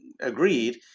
agreed